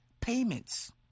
payments